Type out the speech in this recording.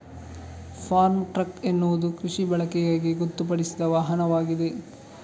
form truck ಎನ್ನುವುದು ಕೃಷಿ ಬಳಕೆಗಾಗಿ ಗೊತ್ತುಪಡಿಸಿದ ವಾಹನವಾಗಿದೆ